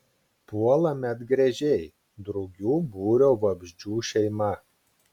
puola medgręžiai drugių būrio vabzdžių šeima